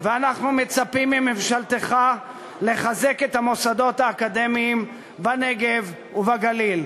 ואנחנו מצפים מממשלתך לחזק את המוסדות האקדמיים בנגב ובגליל.